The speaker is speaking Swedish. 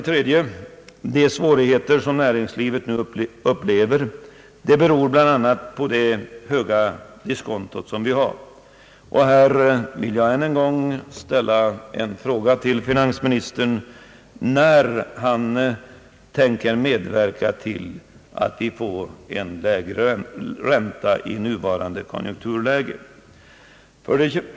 3) De svårigheter som näringslivet nu upplever beror bland annat på det höga diskonto som vi har. Här vill jag än en gång fråga finansministern när han tänker medverka till att vi får en lägre ränta i nuvarande konjunkturläge.